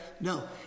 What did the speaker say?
No